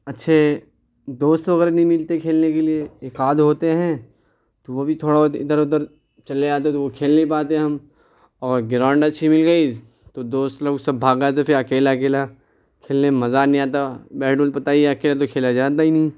اچھے دوست وغیرہ نہیں ملتے کھیلنے کے لیے ایک آدھ ہوتے ہیں تو وہ بھی تھوڑا بہت ادھر ادھر چلے جاتے ہیں تو وہ كھیل نہیں پاتے ہم اور گراؤنڈ اچھی مل گئی تو دوست لوگ سب بھاگ آتے ہیں تو پھر اکیلا اکیلا کھیلنے میں مزہ نہیں آتا بیٹ بال پتہ ہی ہے اکیلے تو کھیلا جاتا ہی نہیں